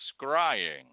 scrying